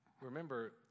Remember